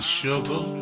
sugar